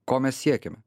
ko mes siekiame